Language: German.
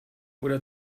oder